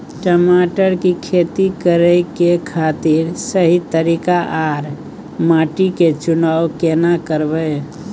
टमाटर की खेती करै के खातिर सही तरीका आर माटी के चुनाव केना करबै?